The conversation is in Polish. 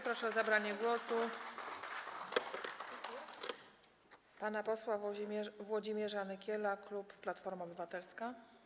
Proszę o zabranie głosu pana posła Włodzimierza Nykiela, klub Platforma Obywatelska.